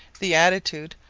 the attitude,